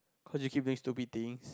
cause you keep doing stupid things